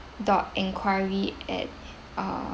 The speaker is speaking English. dot enquiry at uh